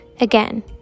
Again